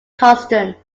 constant